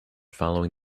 following